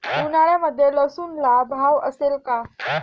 उन्हाळ्यामध्ये लसूणला भाव असेल का?